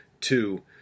Two